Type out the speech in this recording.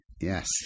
Yes